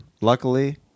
Luckily